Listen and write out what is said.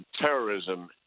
terrorism